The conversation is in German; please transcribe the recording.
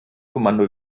kommando